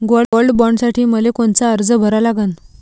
Gold बॉण्डसाठी मले कोनचा अर्ज भरा लागन?